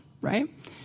right